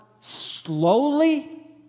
slowly